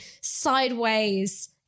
sideways